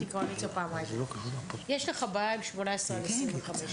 יש לך בעיה עם 18 עד 25,